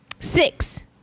Six